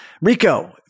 Rico